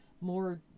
more